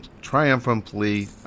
triumphantly